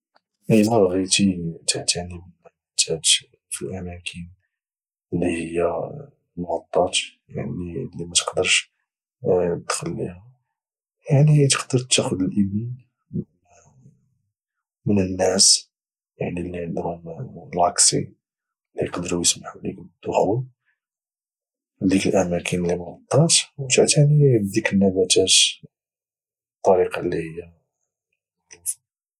الا بغيتي تعتني بالنباتات في الاماكن اللي هي معطات يعني اللي ما تقدرش تدخل لها يعني تقدر تاخذ الاذن ما من الناس يعني اللي عندهم لاكسي اللي يقدروا يسمحوا لك بالدخول لديك الاماكن اللي مغطاه وتعتني بذيك النباتات بطريقه اللي هي معروفه